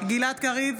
גלעד קריב,